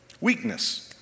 Weakness